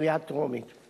בקריאה טרומית.